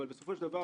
אבל בסופו של דבר,